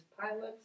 pilots